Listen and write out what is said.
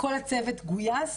כל הצוות גויס.